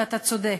ואתה צודק.